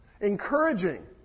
Encouraging